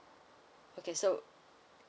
okay so